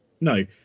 no